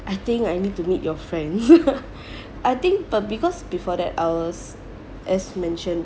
I think I need to meet your friend I think but because before that I was as mentioned